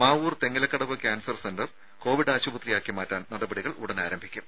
Mavoor Thengilakkadavu cancer centre Covid ആശുപത്രിയാക്കി മാറ്റാൻ നടപടികൾ ഉടൻ ആരംഭിക്കും